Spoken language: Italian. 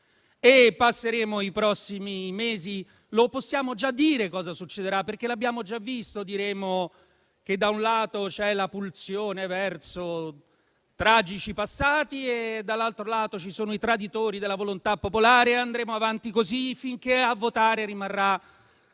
il bene e il male. Possiamo già dire cosa succederà i prossimi mesi, perché l'abbiamo già visto: diremo che, da un lato, c'è la pulsione verso tragici passati e, dall'altro lato, ci sono i traditori della volontà popolare e andremo avanti così, finché a votare rimarrà